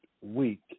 week